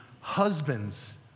husbands